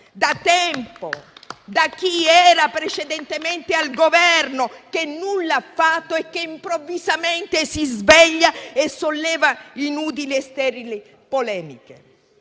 da tempo, da chi era precedentemente al Governo, che nulla ha fatto e che improvvisamente si sveglia e solleva inutili e sterili polemiche.